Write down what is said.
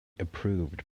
approved